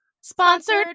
Sponsored